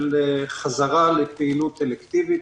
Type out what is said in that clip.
של חזרה לפעילות אלקטיבית.